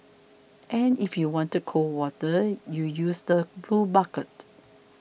and if you wanted cold water you use the blue bucket